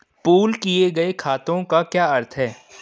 Pool किए गए खातों का क्या अर्थ है?